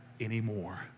anymore